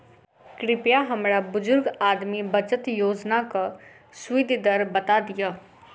कृपया हमरा बुजुर्ग आदमी बचत योजनाक सुदि दर बता दियऽ